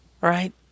right